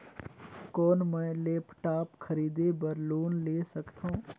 कौन मैं लेपटॉप खरीदे बर लोन ले सकथव?